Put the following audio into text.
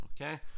Okay